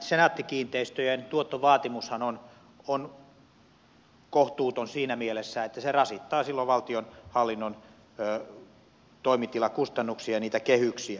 senaatti kiinteistöjen tuottovaatimushan on kohtuuton siinä mielessä että se rasittaa silloin valtionhallinnon toimitilakustannuksia ja niitä kehyksiä